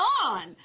on